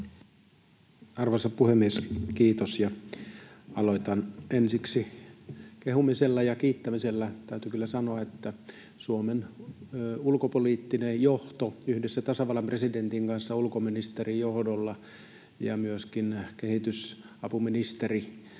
arvoisa puhemies! Aloitan ensiksi kehumisella ja kiittämisellä. Täytyy kyllä sanoa, että Suomen ulkopoliittinen johto yhdessä tasavallan presidentin kanssa ulkoministerin johdolla ja myöskin kehitysapu-